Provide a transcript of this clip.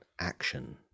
action